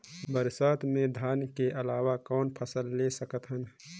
बरसात मे धान के अलावा कौन फसल ले सकत हन?